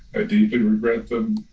i deeply regret them.